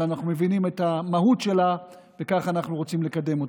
אבל אנחנו מבינים את המהות שלה וככה אנחנו רוצים לקדם אותה.